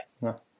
No